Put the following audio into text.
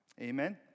Amen